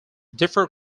differ